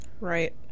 Right